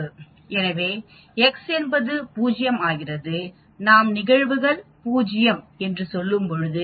எனவே x என்பது 0 ஆகிறது நாம் நிகழ்வுகள் பூஜ்யம் என்று சொல்லும்போது